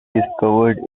rediscovered